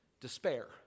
despair